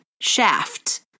Shaft